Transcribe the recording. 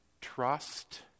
trust